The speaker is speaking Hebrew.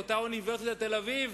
באותה אוניברסיטת תל-אביב,